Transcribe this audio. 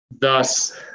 thus